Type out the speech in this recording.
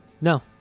No